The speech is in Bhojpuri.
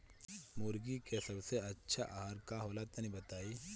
मुर्गी के सबसे अच्छा आहार का होला तनी बताई?